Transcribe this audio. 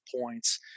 points